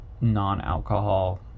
non-alcohol